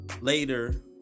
later